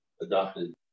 adopted